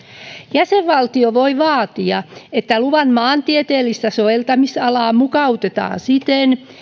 jäsenvaltio voi vaatia että luvan maantieteellistä soveltamisalaa mukautetaan siten